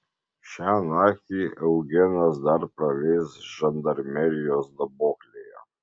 šią naktį eugenas dar praleis žandarmerijos daboklėje